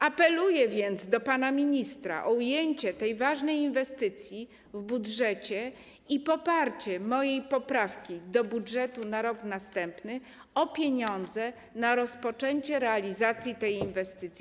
Apeluję więc do pana ministra o ujęcie tej ważnej inwestycji w budżecie i poparcie mojej poprawki do budżetu na rok następny, o pieniądze na rozpoczęcie realizacji tej inwestycji.